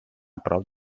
prop